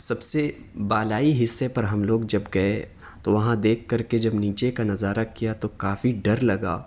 سب سے بالائی حصے پر ہم لوگ جب گئے تو وہاں دیکھ کر کے جب نیچے کا نظارہ کیا تو کافی ڈر لگا